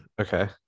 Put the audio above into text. Okay